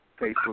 Facebook